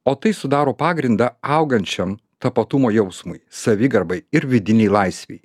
o tai sudaro pagrindą augančiam tapatumo jausmui savigarbai ir vidinei laisvei